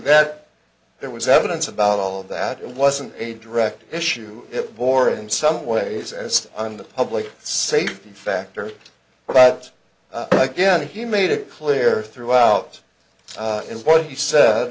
that there was evidence about all of that it wasn't a direct issue it bore in some ways as on the public safety factors but again he made it clear throughout and what he sa